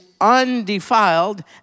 undefiled